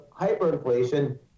hyperinflation